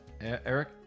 Eric